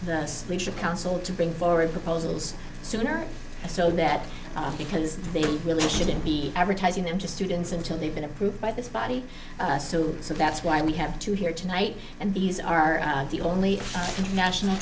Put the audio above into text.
the council to bring forward proposals sooner so that because they really shouldn't be advertising them to students until they've been approved by this body so so that's why we have to hear tonight and these are the only international